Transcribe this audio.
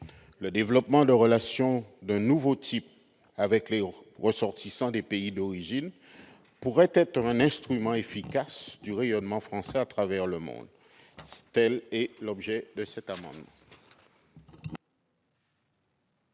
Le développement de relations d'un nouveau type avec les ressortissants des pays d'origine pourrait être un instrument efficace du rayonnement français à travers le monde. Tel est l'objet de cet amendement.